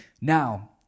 Now